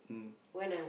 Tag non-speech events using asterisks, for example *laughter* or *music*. mm *noise*